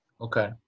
okay